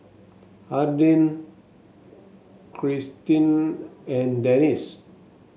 Hardin Krystin and Dennis